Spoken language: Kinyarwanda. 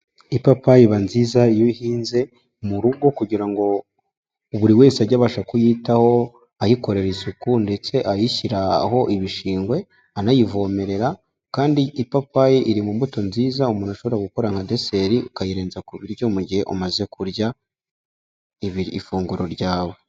Ipapayi iba nziza iyo ihinze mu rugo kugira ngo buri wese ajye abasha kuyitaho, ayikorera isuku ndetse ayishyiraho ibishingwe, anayivomerera kandi ipapayi iri mu mbuto nziza umuntu ashobora gukora nka deseri akayirenza ku biryo mu gihe umaze kurya ifunguro ryawe.